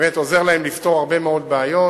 ובאמת עוזר להם לפתור הרבה מאוד בעיות,